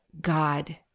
God